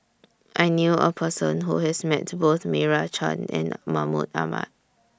I knew A Person Who has Met Both Meira Chand and Mahmud Ahmad